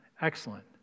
Excellent